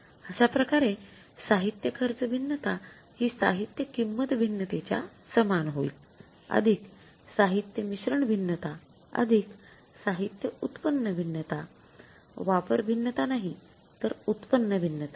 अश्या प्रकारे साहित्य खर्च भिन्नता हि साहित्य किंमत भिन्नतेच्या समान होईल साहित्य मिश्रण भिन्नता साहित्य उत्पन्न भिन्नता वापर भिन्नता नाही तर उत्पन्न भिन्नता